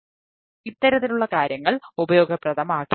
അതിനാൽ ഇത്തരത്തിലുള്ള കാര്യങ്ങൾ ഉപയോഗപ്രദമാകില്ല